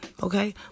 Okay